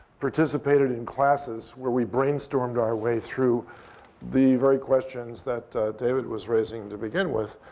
participated in classes where we brainstormed our way through the very questions that david was raising to begin with.